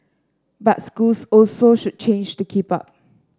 but schools also should change to keep up